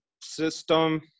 system